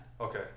Okay